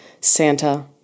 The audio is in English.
Santa